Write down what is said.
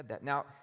Now